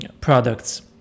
products